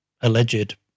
alleged